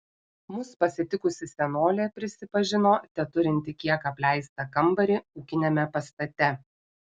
mus pasitikusi senolė prisipažino teturinti kiek apleistą kambarį ūkiniame pastate